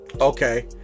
Okay